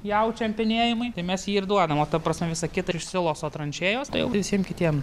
jaučiam penėjimui tai mes jį ir duodam o ta prasme visa kita iš siloso tranšėjos tai jau visiem kitiem